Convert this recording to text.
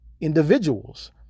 individuals